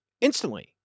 Instantly